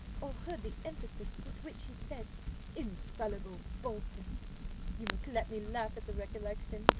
or heard the emphasis, with which he said infallible balsam' you must let me laugh at the recollection.